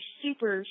super